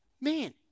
man